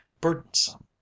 burdensome